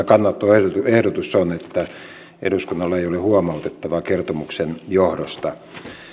kannanottoehdotus on että eduskunnalla ei ole huomautettavaa kertomuksen johdosta